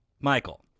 Michael